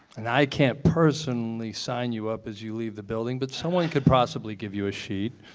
and i can't personally sign you up as you leave the building but someone could possibly give you a sheet.